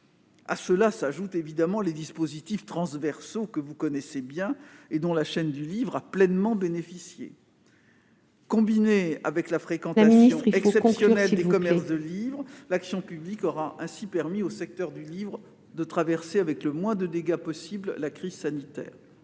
À cela s'ajoutent les dispositifs transversaux que vous connaissez bien, et dont la chaîne du livre a pleinement bénéficié. Il faut conclure, madame la ministre. Combinée avec la fréquentation exceptionnelle des commerces de livres, l'action publique aura ainsi permis au secteur du livre de traverser avec le moins de dégâts possible la crise sanitaire.